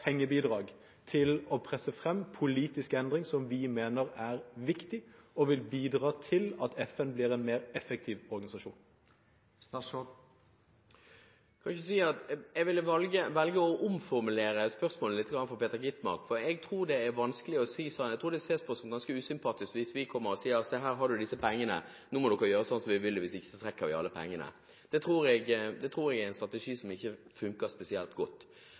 til å presse frem politisk endring som vi mener er viktig, og som vil bidra til at FN blir en mer effektiv organisasjon? Jeg ville velge å omformulere spørsmålet fra Peter Skovholt Gitmark litt, for jeg tror det ses på som ganske usympatisk hvis vi kommer og sier: Se, her har du disse pengene, nå må dere gjøre som vi vil, ellers trekker vi alle pengene. Dette tror jeg er en strategi som ikke funker spesielt godt.